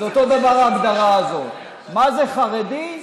אז אותו דבר ההגדרה הזו מה זה חרדי?